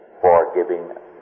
forgiving